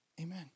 Amen